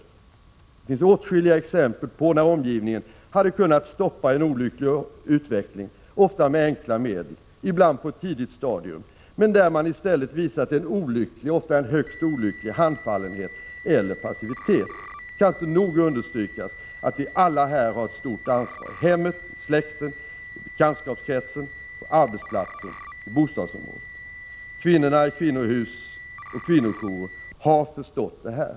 Det finns åtskilliga fall där omgivningen — ofta med enkla medel och ibland på ett tidigt stadium — skulle ha kunnat stoppa en olycklig utveckling, men där man i stället visat en olycklig, och ofta t.o.m. mycket olycklig, handfallenhet eller passivitet. Det kan inte nog understrykas att vi alla här har ett stort ansvar. Det gäller i hemmet, i släkten, i bekantskapskretsen, på arbetsplatsen och i bostadsområdet. Kvinnor verksamma i kvinnohus och kvinnojourer har förstått det här.